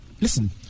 Listen